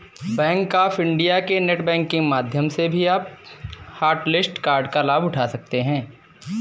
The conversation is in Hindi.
बैंक ऑफ इंडिया के नेट बैंकिंग माध्यम से भी आप हॉटलिस्ट कार्ड का लाभ उठा सकते हैं